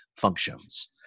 functions